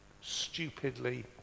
stupidly